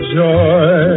joy